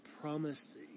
promise